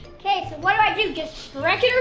okay, so what do i do just stretch it or